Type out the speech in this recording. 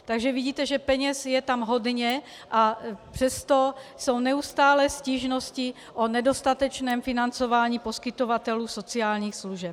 Takže vidíte, že peněz je tam hodně, a přesto jsou neustále stížnosti o nedostatečném financování poskytovatelů sociálních služeb.